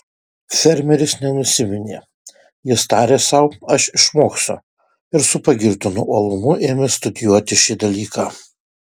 fermeris nenusiminė jis tarė sau aš išmoksiu ir su pagirtinu uolumu ėmė studijuoti šį dalyką